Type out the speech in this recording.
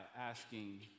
asking